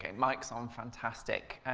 and mike's on, fantastic.